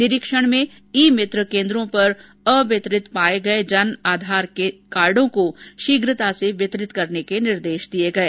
निरीक्षण में ई मित्र केंद्रों पर अवितरित पाये गये जन आधार कार्डो को शीघ्रता से वितरित करने के निर्देश दिए गये